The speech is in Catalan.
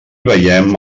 veiem